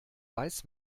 weiß